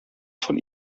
von